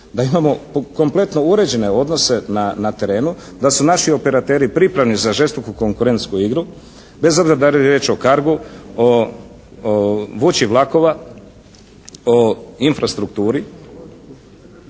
da imamo kompletno uređene odnose na terenu, da su naši operateri pripravni za žestoku konkurentsku igru bez obzira da li je riječ o cargu, o vuči vlakova, o infrastrukturi